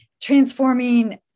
transforming